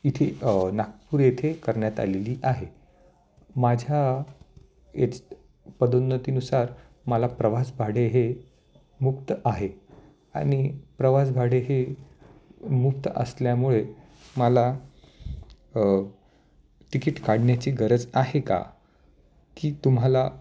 इथे नागपूर येथे करण्यात आलेली आहे माझ्या एच पदोन्नतीनुसार मला प्रवासभाडे हे मुक्त आहे आणि प्रवासभाडे हे मुक्त असल्यामुळे मला तिकीट काढण्याची गरज आहे का की तुम्हाला